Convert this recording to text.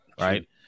right